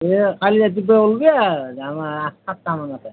এই কালি ৰাতিপুৱাই ওলবি আ যাম আ আঠ সাতটা মানতে